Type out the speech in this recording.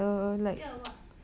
get a what